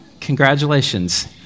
Congratulations